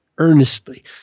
earnestly